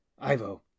Ivo